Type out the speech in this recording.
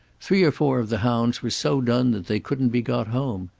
three or four of the hounds were so done that they couldn't be got home.